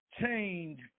change